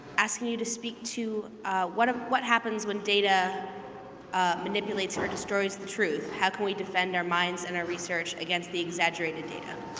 asking you to speak to what ah what happens when data manipulates or destroys the truth. how can we defend our minds and our research against the exaggerated data?